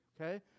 Okay